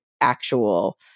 actual